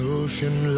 ocean